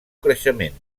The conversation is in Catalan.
creixement